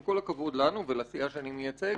עם כל הכבוד לנו ולסיעה שאני מייצג,